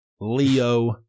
Leo